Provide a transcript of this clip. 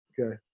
Okay